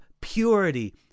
purity